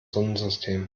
sonnensystem